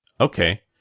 Okay